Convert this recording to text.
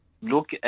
Look